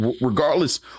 regardless